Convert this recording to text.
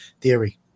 theory